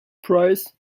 prize